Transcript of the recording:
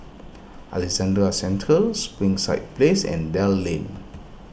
Alexandra a Central Springside Place and Dell Lane